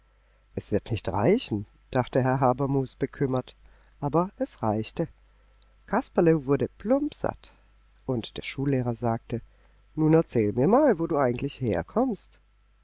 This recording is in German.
es wird nicht reichen dachte herr habermus bekümmert aber es reichte kasperle wurde plumpsatt und der schullehrer sagte nun erzähl mir mal wo du eigentlich herkommst